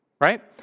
right